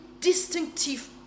distinctive